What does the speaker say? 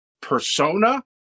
persona